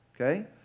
Okay